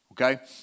Okay